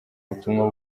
butumwa